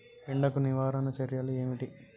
ఎండకు నివారణ చర్యలు ఏమిటి?